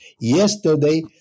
Yesterday